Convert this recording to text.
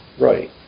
Right